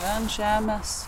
ant žemės